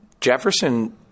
Jefferson